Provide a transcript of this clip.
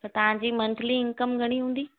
त तव्हांजी monthly income घणी हूंदी